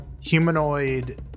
humanoid